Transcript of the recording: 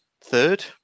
third